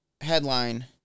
headline